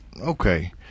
okay